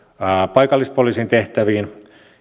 paikallispoliisin tehtäviin